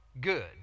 good